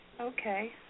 Okay